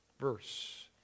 verse